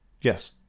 yes